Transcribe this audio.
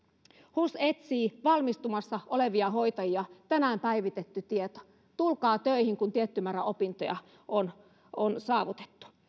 hus etsii valmistumassa olevia hoitajia tänään päivitetty tieto tulkaa töihin kun tietty määrä opintoja on on saavutettu